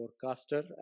forecaster